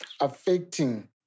affecting